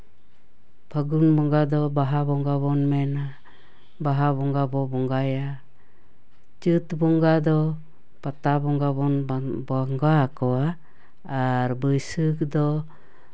ᱯᱷᱟᱹᱜᱩᱱ ᱵᱚᱸᱜᱟ ᱫᱚ ᱵᱟᱦᱟ ᱵᱚᱸᱜᱟ ᱵᱚᱱ ᱢᱮᱱᱟ ᱵᱟᱦᱟ ᱵᱚᱸᱜᱟ ᱵᱚᱱ ᱵᱚᱸᱜᱟᱭᱟ ᱪᱟᱹᱛ ᱵᱚᱸᱜᱟ ᱫᱚ ᱯᱟᱛᱟ ᱵᱚᱸᱜᱟ ᱵᱚᱱ ᱵᱚᱸᱜᱟ ᱟᱠᱚᱣᱟ ᱟᱨ ᱵᱟᱹᱭᱥᱟᱹᱠᱷ ᱫᱚ